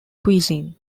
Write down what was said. cuisine